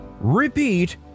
Repeat